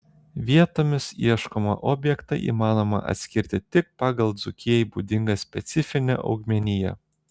vietomis ieškomą objektą įmanoma atrasti tik pagal dzūkijai būdingą specifinę augmeniją